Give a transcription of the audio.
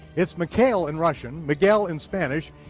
it's mikail in russian, miguel in spanish,